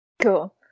Cool